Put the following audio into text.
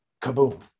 kaboom